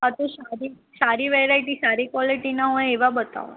સારી વેરાયટી સારી ક્વોલિટી હોય એવા બતાવો